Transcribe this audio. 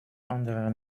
anderen